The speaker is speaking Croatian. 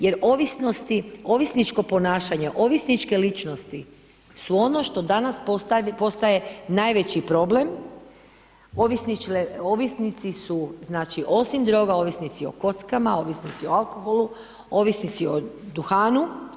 Jer ovisničko ponašanje, ovisničke ličnosti, su ono što danas postaje najveći problem, ovisnici su znači, osim droga, ovisnici o kocki, ovisnici o alkoholu, ovisnici o duhanu.